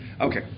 Okay